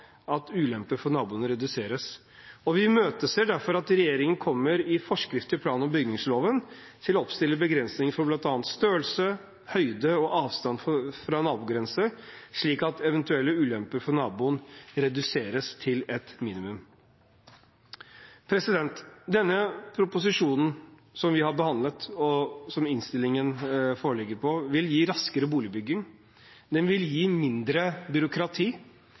at ulemper for naboene reduseres, og vi imøteser derfor at regjeringen i forskrift til plan- og bygningsloven kommer til å oppstille begrensninger for bl.a. størrelse, høyde og avstand fra nabogrense, slik at eventuelle ulemper for naboer reduseres til et minimum. Denne proposisjonen som vi har behandlet, og innstillingen som foreligger, vil gi raskere boligbygging, mindre byråkrati,